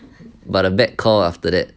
but a bad call after that